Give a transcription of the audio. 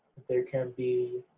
there can be